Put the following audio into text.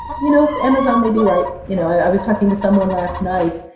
you know amazon may be right. you know i was talking to someone last night,